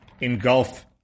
engulf